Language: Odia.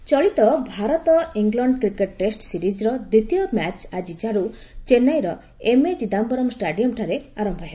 କ୍ରିକେଟ୍ ଚଳିତ ଭାରତ ଇଂଲଣ୍ଡ କ୍ରିକେଟ୍ ଟେଷ୍ଟ ସିରିଜ୍ର ଦ୍ୱିତୀୟ ମ୍ୟାଚ୍ ଆକ୍କିଠାର୍ ଚେନ୍ନାଇର ଏମ୍ଏ ଚିଦାୟରମ୍ ଷ୍ଟାଡିୟମ୍ଠାରେ ଆରମ୍ଭ ହେବ